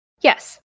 Yes